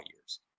years